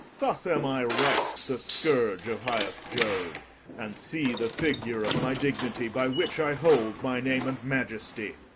thus am i right the scourge of highest jove and see the figure of my dignity, by which i hold my name and majesty!